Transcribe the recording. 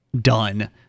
done